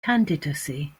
candidacy